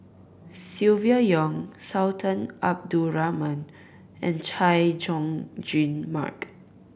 Silvia Yong Sultan Abdul Rahman and Chay Jung Jun Mark